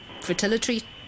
fertility